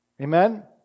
Amen